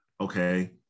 okay